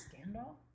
Scandal